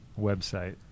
website